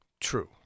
True